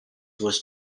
was